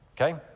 Okay